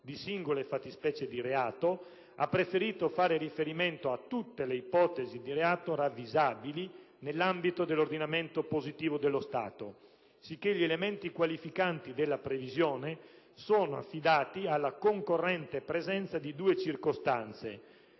di singole fattispecie di reato, ha preferito fare riferimento a tutte le ipotesi di reato ravvisabili nell'ambito dell'ordinamento positivo dello Stato, sicché gli elementi qualificanti della previsione sono affidati alla concorrente presenza di due circostanze: